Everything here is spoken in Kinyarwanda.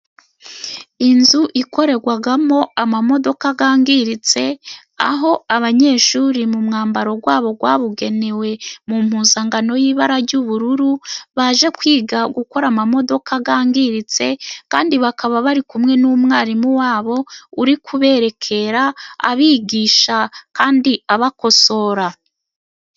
Inzu ikorerwamo amamodoka yangiritse, aho abanyeshuri mu mwambaro wabo wabugenewe, mu mpuzankano y'ibara ry'ubururu, baje kwiga gukora amamodoka yangiritse kandi bakaba bari kumwe n'umwarimu wabo, uri kuberekera abigisha kandi abakosora.